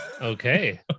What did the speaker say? Okay